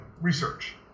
research